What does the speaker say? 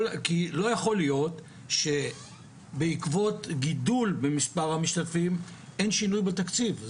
כי לא יכול להיות שבעקבות גידול במספר המשתתפים אין שינוי בתקציב.